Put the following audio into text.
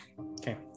Okay